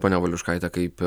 ponia valiuškaite kaip